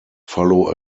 follow